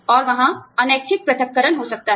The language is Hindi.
और वहां अनैच्छिक पृथक्करण हो सकता है